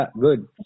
good